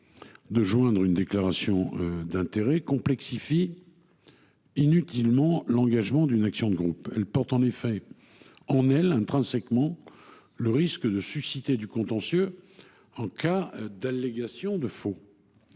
demande une déclaration d’intérêts complexifierait inutilement l’engagement d’une action de groupe. Elle porte intrinsèquement en elle les risques de susciter du contentieux en cas d’allégation de faux,